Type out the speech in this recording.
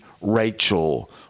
Rachel